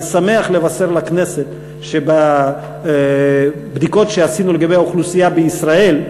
אני שמח לבשר לכנסת שבבדיקות שעשינו לגבי האוכלוסייה בישראל,